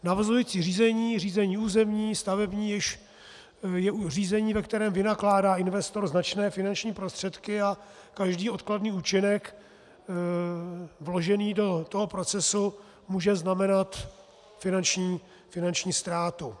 Navazující řízení, řízení územní, stavební, již je řízení, ve kterém vynakládá investor značné finanční prostředky, a každý odkladný účinek vložený do toho procesu může znamenat finanční ztrátu.